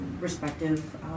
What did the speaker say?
respective